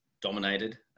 dominated